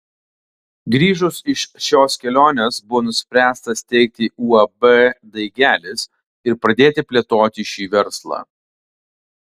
grįžus iš šios kelionės buvo nuspręsta steigti uab daigelis ir pradėti plėtoti šį verslą